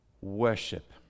worship